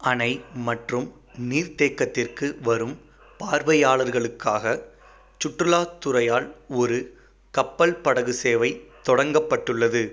அணை மற்றும் நீர்த்தேக்கத்திற்கு வரும் பார்வையாளர்களுக்காக சுற்றுலாத் துறையால் ஒரு கப்பல் படகு சேவை தொடங்கப்பட்டுள்ளது